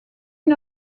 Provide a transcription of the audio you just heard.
une